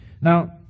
Now